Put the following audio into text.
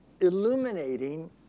illuminating